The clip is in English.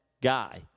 guy